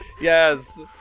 Yes